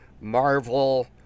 Marvel